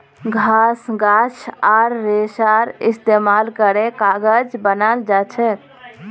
घास गाछ आर रेशार इस्तेमाल करे कागज बनाल जाछेक